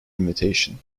invitation